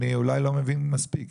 אולי אני לא מבין מספיק.